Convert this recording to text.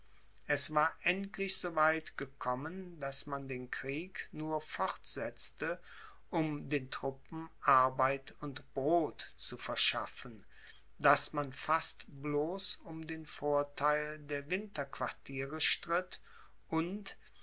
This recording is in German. es war endlich so weit gekommen daß man den krieg nur fortsetzte um den truppen arbeit und brod zu verschaffen daß man fast bloß um den vortheil der winterquartiere stritt und